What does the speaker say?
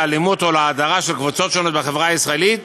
לאלימות או להדרה של קבוצות שונות בחברה הישראלית